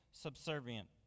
subservient